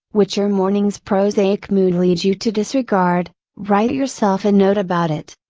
which your morning's prosaic mood leads you to disregard, write yourself a note about it.